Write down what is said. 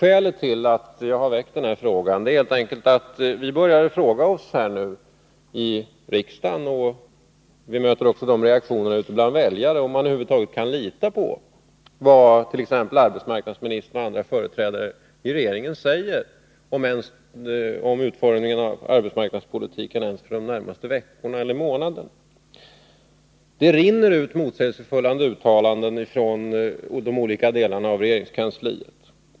Skälet till att jag har väckt denna fråga är helt enkelt att vi började fråga oss häri riksdagen — och vi möter också sådana reaktioner ute bland väljare —om man över huvud taget kan lita på vad t.ex. arbetsmarknadsministern och andra företrädare för regeringen säger om utformningen av arbetsmarknadspolitiken, ens för de närmaste veckorna eller månaderna. Det rinner ut motsägelsefulla uttalanden från de olika delarna av regeringskansliet.